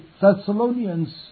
Thessalonians